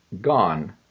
gone